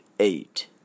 eight